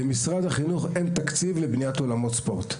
למשרד החינוך אין תקציב לבניית אולמות ספורט.